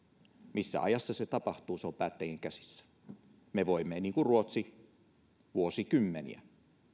missä ajassa se tapahtuu se on päättäjien käsissä me voimme tehdä niin kuin ruotsi joka vuosikymmeniä